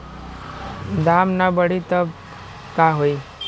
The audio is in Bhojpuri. दाम ना बढ़ी तब का होई